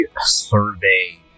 survey